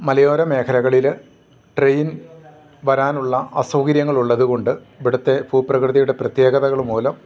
മലയോര മേഖലകളിൽ ട്രെയിൻ വരാനുള്ള അസൗകര്യങ്ങളുള്ളതു കൊണ്ട് ഇവിടുത്തെ ഭൂപ്രകൃതിയുടെ പ്രത്യേകതകൾ മൂലം